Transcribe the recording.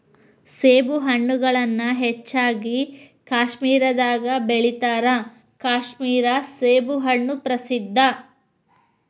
ಸೇಬುಹಣ್ಣುಗಳನ್ನಾ ಹೆಚ್ಚಾಗಿ ಕಾಶ್ಮೇರದಾಗ ಬೆಳಿತಾರ ಕಾಶ್ಮೇರ ಸೇಬುಹಣ್ಣು ಪ್ರಸಿದ್ಧ